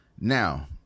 Now